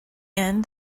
end